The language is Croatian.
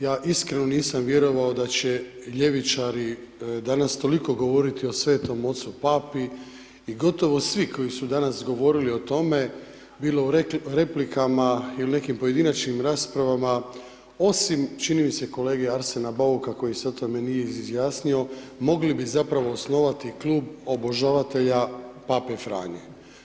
Ja iskreno nisam vjerovao da će ljevičari danas toliko govoriti o Svetom Ocu, papi i gotovo svi koji su danas govorili o tome, bilo u replikama ili u nekim pojedinačnim raspravama, osim čini mi se kolege Arsena Bauka koji se o tome nije izjasnio, mogli bi zapravo osnovati klub obožavatelja pape Franje.